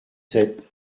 sept